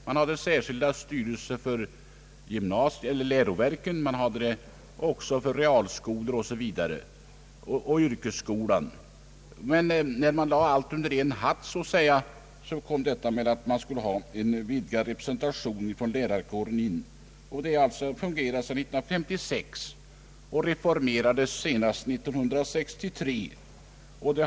Det fanns särskilda styrelser för läroverken liksom för realskolorna och yrkesskolorna. Fackrepresentationen har fungerat sedan 1956, och den reformerades senast 1963.